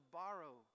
borrow